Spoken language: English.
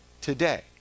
today